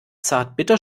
zartbitter